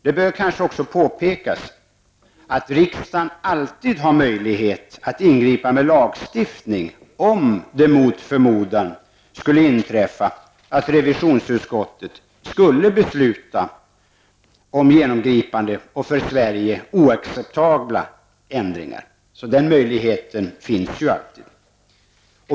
Det bör kanske också påpekas att riksdagen alltid har möjlighet att ingripa med lagstiftning om det mot förmodan skulle inträffa att revisionsutskottet skulle besluta om genomgripande och för Sverige oacceptabla ändringar. Den möjligheten finns alltid.